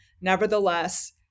nevertheless